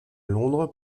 londres